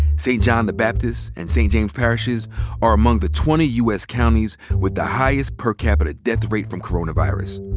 st. john the baptist and st. james parishes are among the twenty u. s. counties with the highest per capita death rate from coronavirus.